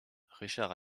richard